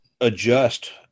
adjust